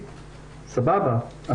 סבבה,